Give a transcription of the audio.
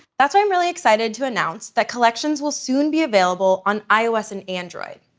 that's why i'm really excited to announce that collections will soon be available on ios and android.